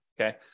okay